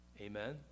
Amen